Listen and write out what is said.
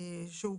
שהוכר.